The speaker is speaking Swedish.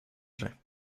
sig